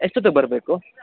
ಎಷ್ಟೊತ್ತಿಗೆ ಬರಬೇಕು